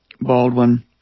Baldwin